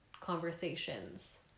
conversations